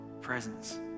presence